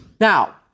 Now